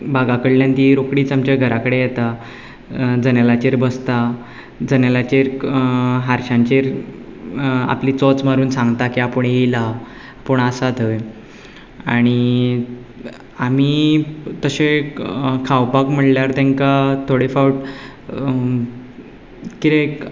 बागा कडल्यान रोकडीच तीं आमच्या घरा कडेन येता जनेलाचेर बसता जनेलांचेर हारश्यांचेर आपलें चोंच मारून सांगता की आपूण येयला आपूण आसा थंय आनी आमी तशें खावपाक म्हणल्यार तांकां थोडे फावट किदेंय